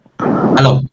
Hello